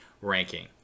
ranking